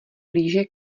blíže